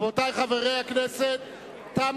רבותי חברי הכנסת, תם